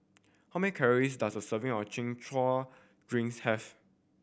how many calories does a serving of Chin Chow have